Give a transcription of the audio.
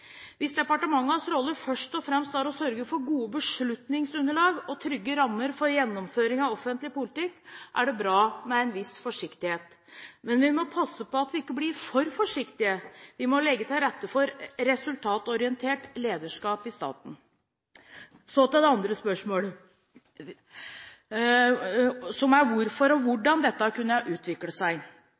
Hvis departementenes rolle først og fremst er å sørge for gode beslutningsunderlag og trygge rammer for gjennomføring av offentlig politikk, er det bra med en viss forsiktighet. Men vi må passe på at vi ikke blir for forsiktige. Vi må legge til rette for resultatorientert lederskap i staten. Så til det andre spørsmålet, som er hvorfor og hvordan dette har kunnet utvikle seg.